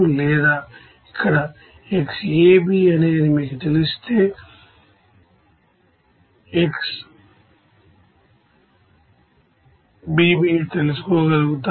లేదా ఇక్కడ xABఅనేది మీకు తెలిస్తే xBB తెలుసుకోగలుగుతారు